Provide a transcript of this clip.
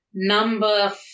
Number